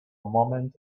moment